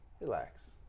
relax